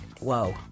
Whoa